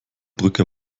brücke